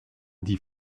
die